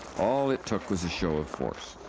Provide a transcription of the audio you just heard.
all it took was a show of force.